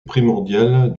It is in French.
primordiale